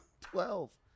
Twelve